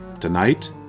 Tonight